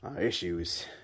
issues